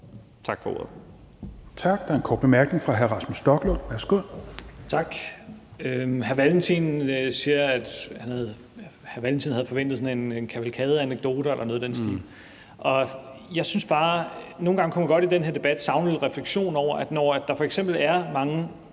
Tak for ordet.